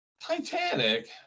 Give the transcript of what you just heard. Titanic